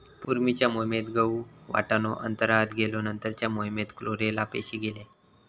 पूर्वीच्या मोहिमेत गहु, वाटाणो अंतराळात गेलो नंतरच्या मोहिमेत क्लोरेला पेशी गेले